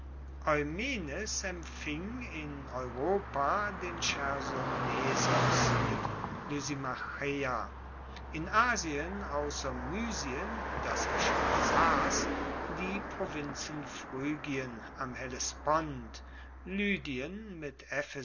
empfing in europa den chersonesos mit lysimacheia in asien ausser mysien das er schon besass die provinzen phrygien am hellespont lydien mit